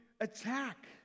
attack